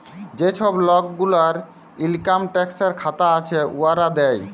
যে ছব লক গুলার ইলকাম ট্যাক্সের খাতা আছে, উয়ারা দেয়